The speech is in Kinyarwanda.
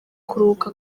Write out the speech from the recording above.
kuruhuka